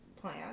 plan